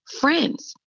friends